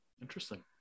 Interesting